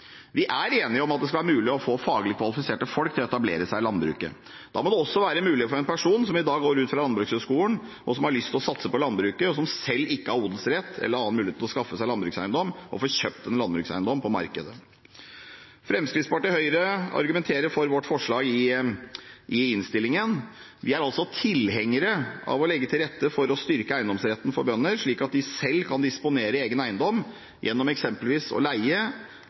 Vi er enige om at det skal være mulig å få faglig kvalifiserte folk til å etablere seg i landbruket. Da må det også være mulig for en person som i dag går ut fra landbruksskolen, som har lyst til å satse på landbruket, og som selv ikke har odelsrett eller annen mulighet til å skaffe seg landbrukseiendom, å få kjøpt en landbrukseiendom på markedet. Fremskrittspartiet og Høyre argumenterer for vårt forslag i innstillingen. Vi er altså tilhengere av å legge til rette for å styrke eiendomsretten for bønder, slik at de selv kan disponere egen eiendom gjennom eksempelvis å eie, leie